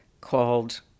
called